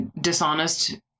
dishonest